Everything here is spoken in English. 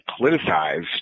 politicized